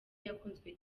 yakunzwe